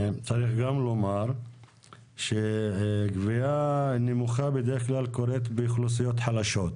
צריך גם לומר שגבייה נמוכה בדרך כלל קורית באוכלוסיות חלשות.